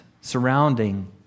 surrounding